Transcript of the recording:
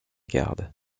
gardes